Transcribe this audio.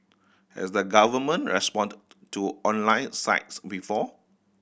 has the government responded to online sites before